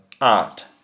art